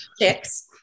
chicks